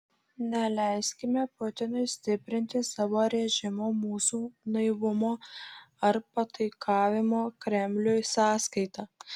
neleiskime putinui stiprinti savo režimo mūsų naivumo ar pataikavimo kremliui sąskaita